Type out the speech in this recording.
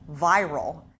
viral